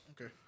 Okay